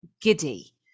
giddy